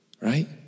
right